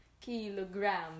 KILOGRAM